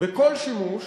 בכל שימוש